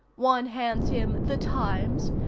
one hands him the times,